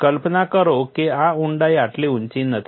કલ્પના કરો કે આ ઊંડાઈ આટલી ઉંચી નથી